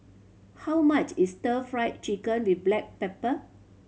how much is Stir Fry Chicken with black pepper